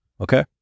okay